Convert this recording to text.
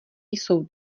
jsou